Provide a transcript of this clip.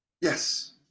yes